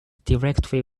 directly